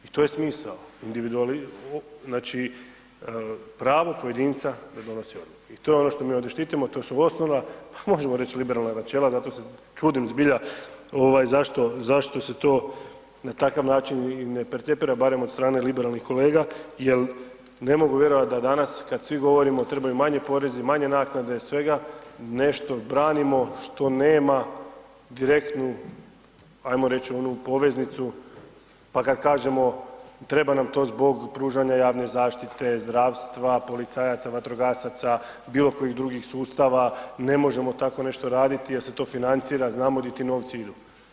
I to je smisao, znači pravo pojedinca da donosi odluke i to je ono što mi ovdje štitimo, to su osnovna, pa možemo reći, liberalna načela, zato se čudim zbilja zašto se to na takav način i percipira, barem od strane liberalnih kolega jer ne mogu vjerovati da danas kad svi govorimo, trebaju manji porezi, manje naknade, svega, nešto branimo što nema direktnu, hajmo reći onu poveznicu pa kad kažemo, treba nam to zbog pružanja javne zaštite, zdravstva, policajaca, vatrogasaca, bilo kojih drugih sustava, ne možemo tako nešto raditi jer se to financira, znamo gdje ti novci idu.